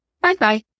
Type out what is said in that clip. Bye-bye